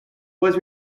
was